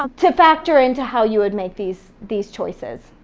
ah to factor into how you would make these these choices.